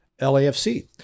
LAFC